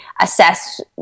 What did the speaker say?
assess